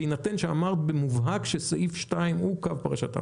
בהינתן שאמרת במובהק שסעיף 2 הוא קו פרשת המים.